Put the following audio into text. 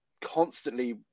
constantly